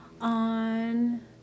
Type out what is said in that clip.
on